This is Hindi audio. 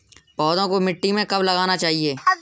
पौधों को मिट्टी में कब लगाना चाहिए?